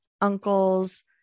uncle's